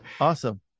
Awesome